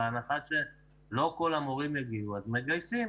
בהנחה שלא כל המורים יגיעו אז מגייסים